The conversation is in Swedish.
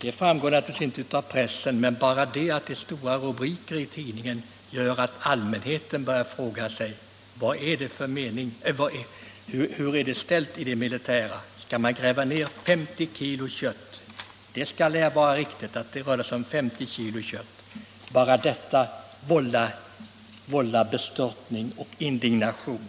Det framgår naturligtvis inte av pressen. Men bara det att det är stora rubriker i tidningen gör att allmänheten börjar fråga sig: Hur är det ställt i det militära? Skall man gräva ned 50 kg kött? Det lär vara riktigt att det rörde sig om 50 kg kött. Bara detta vållar bestörtning och indignation.